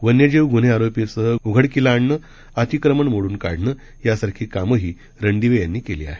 वन्यजीव गून्हे आरोपीसह उघडकीला आणणं अतिक्रमण मोडून काढणं यासारखी कामंही रणदिवे यांनी केली आहेत